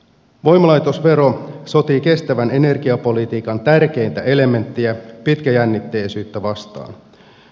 voimalaitosvero sotii kestävän energiapolitiikan tärkeintä elementtiä pitkäjännitteisyyttä vastaan